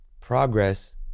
progress